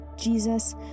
Jesus